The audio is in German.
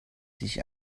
sich